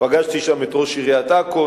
פגשתי שם את ראש עיריית עכו,